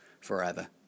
forever